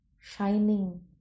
shining